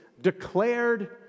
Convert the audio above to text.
declared